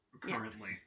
currently